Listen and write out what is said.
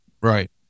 Right